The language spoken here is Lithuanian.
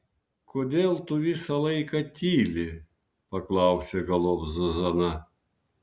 kodėl tu visą laiką tyli paklausė galop zuzana